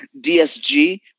dsg